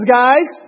guys